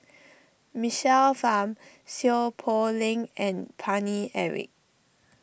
Michael Fam Seow Poh Leng and Paine Eric